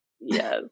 Yes